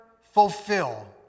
fulfill